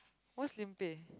whose lim-pei